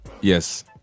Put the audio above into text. yes